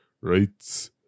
Right